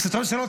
לא צריך?